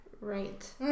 right